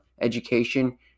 education